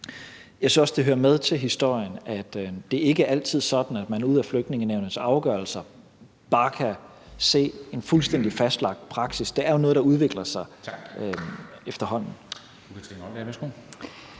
Jeg synes også, det hører med til historien, at det ikke altid er sådan, at man ud af Flygtningenævnets afgørelser bare kan se en fuldstændig fastlagt praksis. Det er jo noget, der udvikler sig efterhånden.